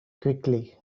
quickly